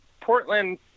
Portland